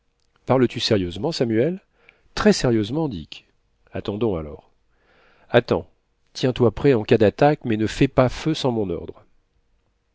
parles-tu sérieusement samuel très sérieusement dick attendons alors attends tiens-toi prêt en cas d'attaque mais ne fais pas feu sans mon ordre